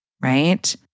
right